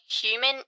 human